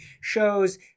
shows